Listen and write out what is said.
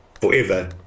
forever